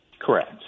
Correct